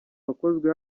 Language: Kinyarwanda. wakozwe